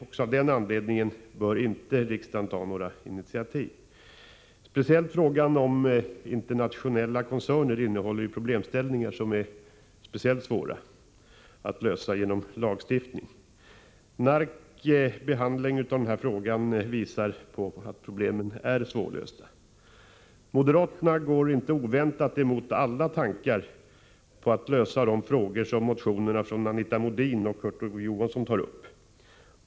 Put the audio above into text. Också av den anledningen bör riksdagen inte ta några initiativ. Speciellt frågan om internationella koncerner innehåller ju problem som är särskilt svåra att lösa genom lagstiftning. NARK:s behandling av denna fråga visar även att problemen är svårlösta. Moderaterna går inte oväntat emot alla tankar på att lösa de frågor som motionerna av Anita Modin och Kurt Ove Johansson tar upp.